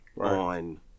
on